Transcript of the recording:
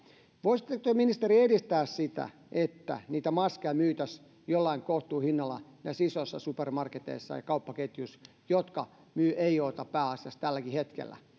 voisitteko te ministeri edistää sitä että niitä maskeja myytäisiin jollain kohtuuhinnalla näissä isoissa supermarketeissa ja kauppaketjuissa jotka myyvät tälläkin hetkellä pääasiassa eioota